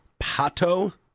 Pato